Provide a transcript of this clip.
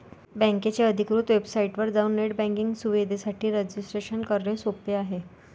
बकेच्या अधिकृत वेबसाइटवर जाऊन नेट बँकिंग सुविधेसाठी रजिस्ट्रेशन करणे सोपे आहे